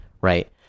right